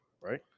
right